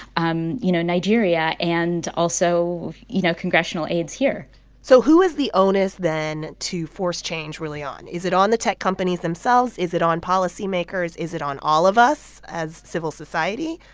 um you know, nigeria and also, you know, congressional aides here so who is the onus then to force change really on? is it on the tech companies themselves? is it on policymakers? is it on all of us as civil society?